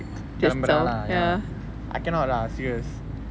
கிளம்புறான்:kilamburaan lah ya I cannot lah serious !wah! damn weird sia